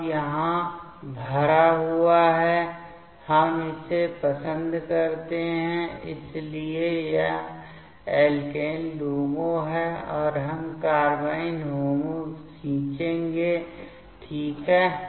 अब यहाँ भरा हुआ है हम इसे पसंद कर सकते हैं इसलिए यह एल्केन LUMO है अब हम कार्बाइन HOMO खींचेंगे ठीक है